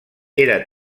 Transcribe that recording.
era